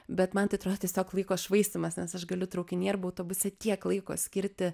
bet man tai atrodo tiesiog laiko švaistymas nes aš galiu traukinyje arba autobuse tiek laiko skirti